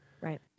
Right